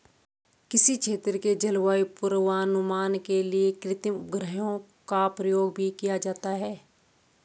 किसी क्षेत्र के जलवायु पूर्वानुमान के लिए कृत्रिम उपग्रहों का प्रयोग भी किया जाता है